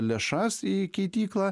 lėšas į keityklą